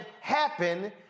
happen